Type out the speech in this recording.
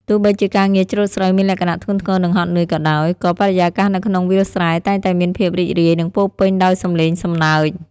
ទោះបីជាការងារច្រូតស្រូវមានលក្ខណៈធ្ងន់ធ្ងរនិងហត់នឿយក៏ដោយ ក៏បរិយាកាសនៅក្នុងវាលស្រែតែងតែមានភាពរីករាយនិងពោរពេញដោយសំឡេងសំណើច។